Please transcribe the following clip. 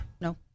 No